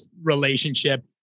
relationship